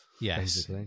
Yes